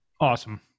Awesome